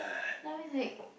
then I was like